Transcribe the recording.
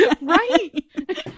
right